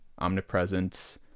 omnipresent